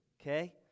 Okay